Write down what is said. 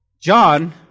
John